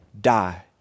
die